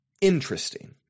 Interesting